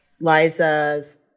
Liza's